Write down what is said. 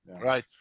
right